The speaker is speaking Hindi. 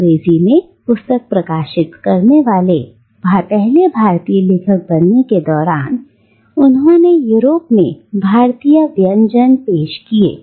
अंग्रेजी में पुस्तक प्रकाशित करने वाले पहले भारतीय लेखक बनने के दौरान उन्होंने यूरोप में भारतीय व्यंजन पेश किए